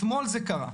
אתמול זה קרה.